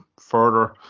further